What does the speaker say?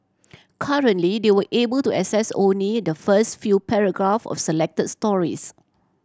currently they were able to access only the first few paragraph of selected stories